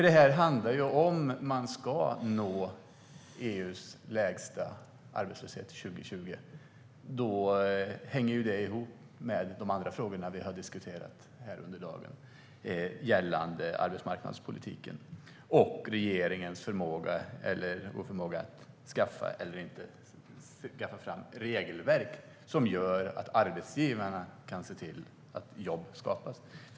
Detta handlar om att målet att nå EU:s lägsta arbetslöshet 2020 hänger ihop med de andra frågor vi har diskuterat under dagen, gällande arbetsmarknadspolitiken och regeringens oförmåga att skaffa eller inte skaffa fram regelverk som gör att arbetsgivarna kan se till att jobb skapas.